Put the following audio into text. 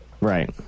Right